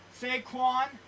Saquon